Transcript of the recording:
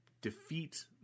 defeat